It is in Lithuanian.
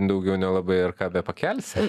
daugiau nelabai ar ką bepakelsi